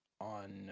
on